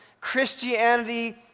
Christianity